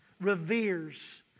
reveres